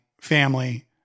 family